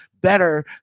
better